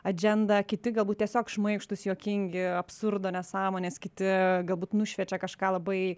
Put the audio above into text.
adžendą kiti galbūt tiesiog šmaikštūs juokingi absurdo nesąmonės kiti galbūt nušviečia kažką labai